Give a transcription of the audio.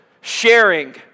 sharing